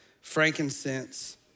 frankincense